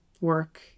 work